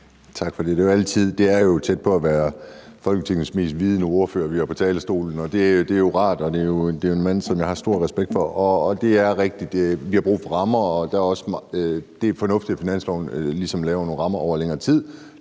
Tak for det. Det er tæt på at være Folketingets mest vidende ordfører, vi har på talerstolen, og det er jo rart. Det er en mand, som jeg har stor respekt for. Det er rigtigt, at vi har brug for rammer, og det er fornuftigt, at finansloven ligesom sætter nogle rammer over længere tid.